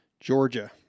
Georgia